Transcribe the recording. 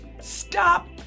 Stop